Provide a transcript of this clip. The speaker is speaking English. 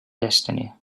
destiny